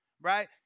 right